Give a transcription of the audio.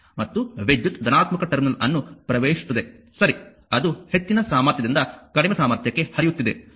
ಮತ್ತು ವಿದ್ಯುತ್ ಧನಾತ್ಮಕ ಟರ್ಮಿನಲ್ ಅನ್ನು ಪ್ರವೇಶಿಸುತ್ತದೆ ಸರಿ ಅದು ಹೆಚ್ಚಿನ ಸಾಮರ್ಥ್ಯದಿಂದ ಕಡಿಮೆ ಸಾಮರ್ಥ್ಯಕ್ಕೆ ಹರಿಯುತ್ತಿದೆ